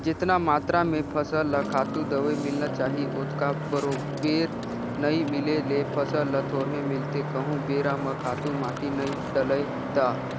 जेतना मातरा में फसल ल खातू, दवई मिलना चाही ओतका बरोबर नइ मिले ले फसल ल थोरहें मिलथे कहूं बेरा म खातू माटी नइ डलय ता